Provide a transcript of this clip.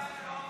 תודה רבה.